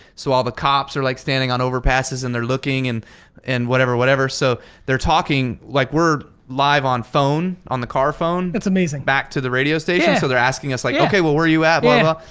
so while the cops are like standing on overpasses and they're looking and and whatever, whatever, so they're talking, like we're live on phone on the car phone. that's amazing. back to the radio station. yeah. so they're asking us like okay, well where are you at? but